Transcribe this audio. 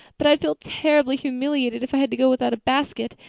but i'd feel terribly humiliated if i had to go without a basket.